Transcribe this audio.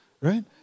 Right